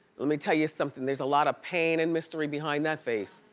let me tell you something, there's a lot of pain and mystery behind that face.